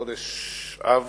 בחודש אב,